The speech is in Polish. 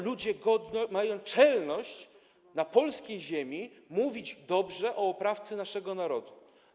Ludzie mają czelność na polskiej ziemi mówić dobrze o oprawcy naszego narodu.